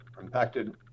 impacted